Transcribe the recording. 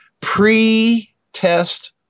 pre-test